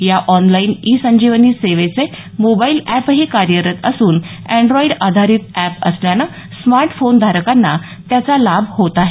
या online e Sanjeevani सेवेचे mobile app ही कार्यरत असून अॅण्ड्राईड आधारीत अॅप असल्याने स्मार्ट फोन धारकांना त्याचा लाभ होत आहे